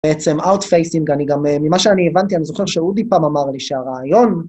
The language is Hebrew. בעצם, Outfacing אני גם, ממה שאני הבנתי, אני זוכר שאודי פעם אמר לי שהרעיון...